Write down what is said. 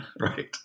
Right